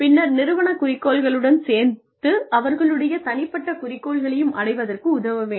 பின்னர் நிறுவன குறிக்கோள்களுடன் சேர்த்து அவர்களுடைய தனிப்பட்ட குறிக்கோள்களையும் அடைவதற்கு உதவ வேண்டும்